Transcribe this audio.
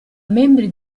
membri